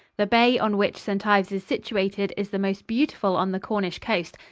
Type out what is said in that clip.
the bay on which st. ives is situated is the most beautiful on the cornish coast,